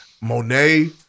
Monet